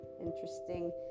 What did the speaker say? interesting